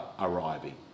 arriving